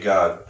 God